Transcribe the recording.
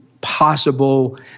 possible